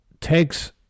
takes